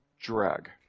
Drag